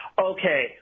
Okay